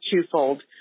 twofold